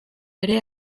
ere